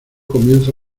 comienzo